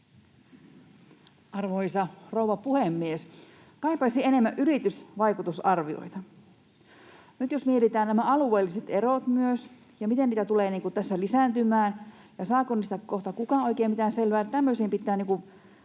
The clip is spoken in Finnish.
Arvoisa rouva puhemies! Kaipaisin enemmän yritysvaikutusarvioita. Nyt jos mietitään myös näitä alueellisia eroja ja sitä, miten ne tulevat tässä lisääntymään, ja sitä, saako niistä kohta kukaan oikein mitään selvää, niin tämmöisiin pitää